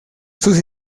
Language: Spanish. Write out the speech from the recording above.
sus